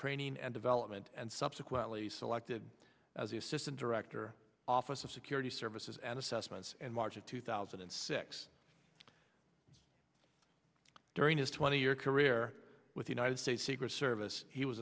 training and development and subsequently selected as the assistant director office of security services and assessments and march of two thousand and six during his twenty year career with united states secret service he was